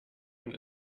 und